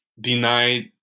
denied